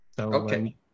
Okay